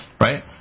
Right